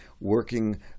Working